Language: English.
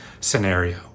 scenario